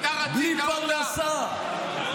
בלי פרנסה,